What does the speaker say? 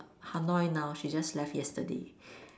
Hanoi now she just left yesterday